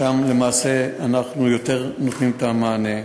שם למעשה אנחנו יותר נותנים את המענה.